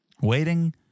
Waiting